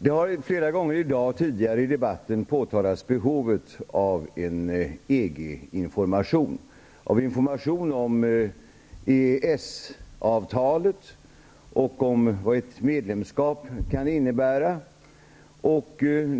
Man har flera gånger tidigare i debatten i dag pekat på behovet av en EG information, av information om EES-avtalet och om vad ett medlemskap kan innebära.